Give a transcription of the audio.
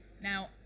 Now